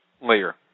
layer